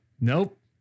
nope